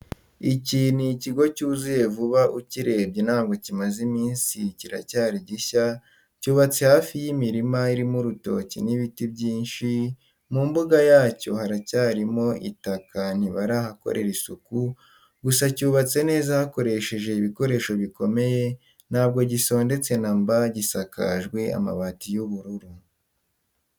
Iki ni ikigo cyuzuye vuba ukirebye ntabwo kimaze iminsi kiracyari gishya cyubatse hafi yimirim a irimo urutoki hari nibiti byinshi mumbuga yacyo haracyarimo itaka ntibarahakorera isuku gusa cyubatse neza bakoresheje ibikoresho bikomeye ntabwo gisondetse namba gisakajwe amabati y,ubururu.